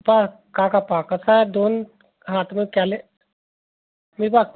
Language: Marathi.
पहा काका पहा कसं आहे दोन हां तुम्ही कॅले मी दाक